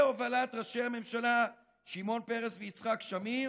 בהובלת ראשי הממשלה שמעון פרס ויצחק שמיר,